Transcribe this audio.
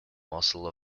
muscle